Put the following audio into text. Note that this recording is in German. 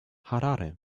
harare